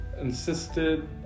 insisted